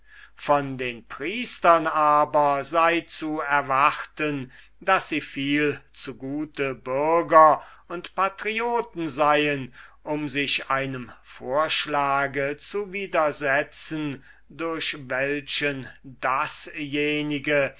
von den priestern aber sei zu erwarten daß sie viel zu gute bürger und patrioten seien um sich einem vorschlag zu widersetzen durch welchen dasjenige